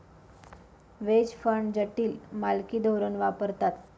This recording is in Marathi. व्हेज फंड जटिल मालकी धोरण वापरतात